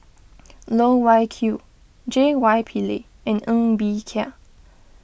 Loh Wai Kiew J Y Pillay and Ng Bee Kia